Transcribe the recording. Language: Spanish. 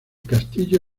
castillo